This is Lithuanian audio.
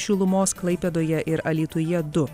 šilumos klaipėdoje ir alytuje du